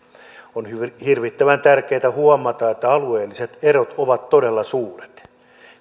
on hirvittävän tärkeätä huomata että alueelliset erot ovat todella suuret